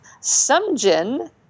Sumjin